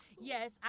Yes